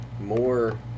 more